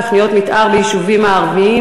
תוכניות מתאר ביישובים הערבים,